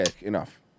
Enough